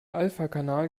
alphakanal